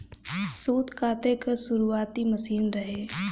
सूत काते कअ शुरुआती मशीन रहे